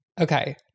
okay